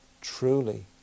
Truly